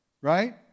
Right